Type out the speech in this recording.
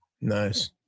Nice